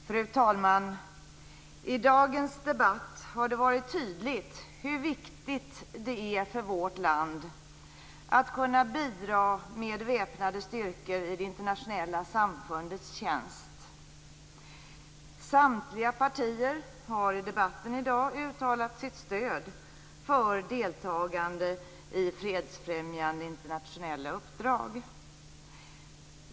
Fru talman! I dagens debatt har det varit tydligt hur viktigt det är för vårt land att kunna bidra med väpnade styrkor i det internationella samfundets tjänst. Samtliga partier har i debatten i dag uttalat sitt stöd för deltagande i fredsfrämjande internationella uppdrag.